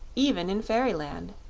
even in fairyland.